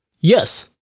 yes